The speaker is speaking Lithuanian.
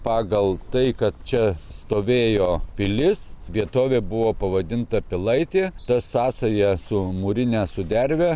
pagal tai kad čia stovėjo pilis vietovė buvo pavadinta pilaitė ta sąsaja su mūrine suderve